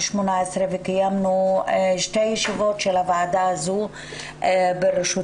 וקיימנו שתי ישיבות של הוועדה הזאת בראשותי,